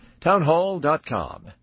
Townhall.com